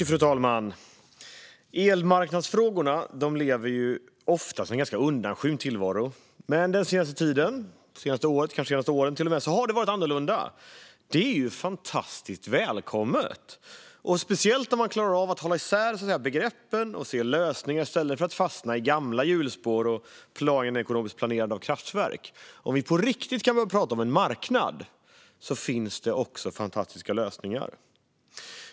Fru talman! Elmarknadsfrågorna lever oftast i en ganska undanskymd tillvaro. Men den senaste tiden - det senaste året och kanske till och med de senaste åren - har det varit annorlunda. Det är fantastiskt välkommet, speciellt när man klarar av att hålla isär begreppen och se lösningar i stället för att fastna i gamla hjulspår och planekonomiskt planerande av kraftverk. Om vi på riktigt kan börja prata om en marknad finns det också fantastiska lösningar.